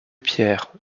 pierre